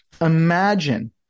Imagine